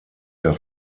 der